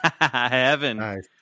Heaven